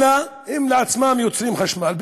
אלא הם לעצמם יוצרים חשמל.